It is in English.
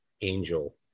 angel